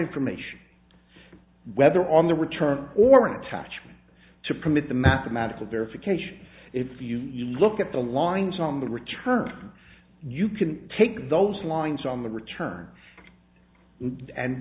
information whether on the return or an attachment to permit the mathematical verification if you look at the lines on the return you can take those lines on the return and